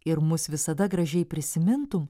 ir mus visada gražiai prisimintum